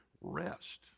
rest